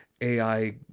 AI